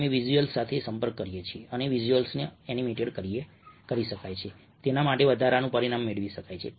અમે વિઝ્યુઅલ્સ સાથે સંપર્ક કરી શકીએ છીએ અને વિઝ્યુઅલને એનિમેટેડ કરી શકાય છે તેના માટે વધારાનું પરિમાણ મેળવી શકાય છે